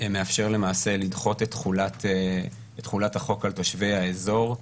מאפשר למעשה לדחות את תחולת החוק על תושבי האזור.